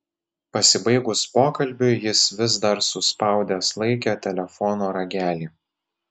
pasibaigus pokalbiui jis vis dar suspaudęs laikė telefono ragelį